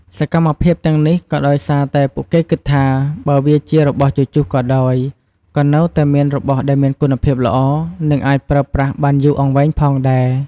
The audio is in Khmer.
សកម្មភាពទាំងនេះក៏ដោយសារតែពួកគេគិតថា បើវាជារបស់ជជុះក៏ដោយ ក៏នៅតែមានរបស់ដែលមានគុណភាពល្អ និងអាចប្រើប្រាស់បានយូរអង្វែងផងដែរ។